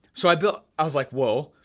so i built, i was like whoa,